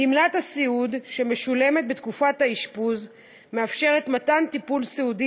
גמלת הסיעוד שמשולמת בתקופת האשפוז מאפשרת מתן טיפול סיעודי